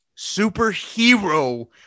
superhero